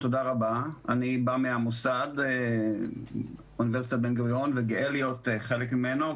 אני בא מאוניברסיטת בן גוריון וגאה להיות חלק ממנה,